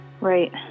Right